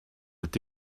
est